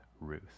Ruth